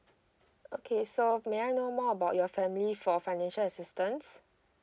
okay so may I know more about your family for financial assistance